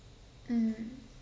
mm